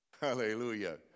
Hallelujah